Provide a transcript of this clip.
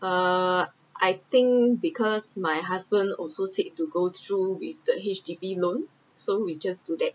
err I think because my husband also said to go through with the H_D_B loan so we just do that